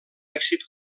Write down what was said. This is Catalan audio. èxit